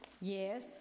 yes